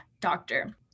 doctor